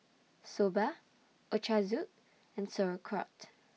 Soba Ochazuke and Sauerkraut